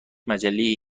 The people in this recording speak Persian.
مجله